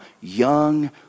young